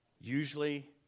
usually